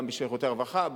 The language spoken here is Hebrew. גם בשירותי הרווחה,